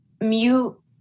mute